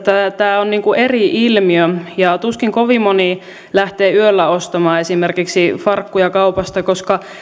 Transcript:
tämä on eri ilmiö ja tuskin kovin moni lähtee yöllä ostamaan esimerkiksi farkkuja kaupasta koska